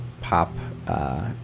pop